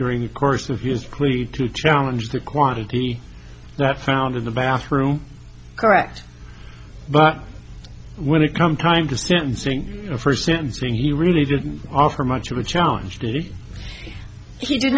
during the course of years clearly to challenge the quantity that's found in the bathroom correct but when it comes time to sentencing for sentencing he really didn't offer much of a challenge duty he did